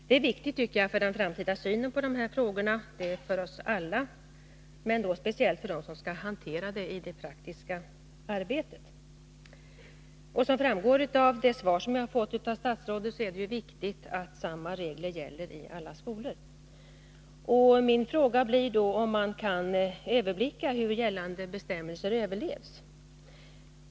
Det är viktigt för den framtida synen på dessa frågor för oss alla, men speciellt för dem som skall hantera frågorna i det praktiska arbetet. Som framgår av det svar jag fått från statsrådet är det viktigt att samma regler gäller i alla skolor. Min fråga blir då om man kan överblicka hur gällande bestämmelser efterlevs.